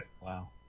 Wow